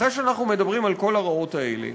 אחרי שאנחנו מדברים על כל הרעות האלה,